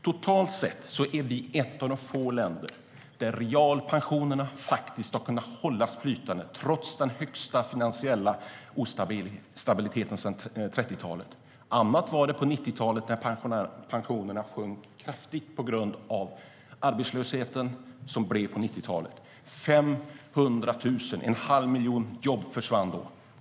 Totalt sett är vi ett av de få länder där realpensionerna har kunnat hållas flytande trots den högsta finansiella instabiliteten sedan 30-talet. Annat var det på 90-talet när pensionerna sjönk kraftigt på grund av arbetslösheten. 500 000, en halv miljon, jobb försvann då.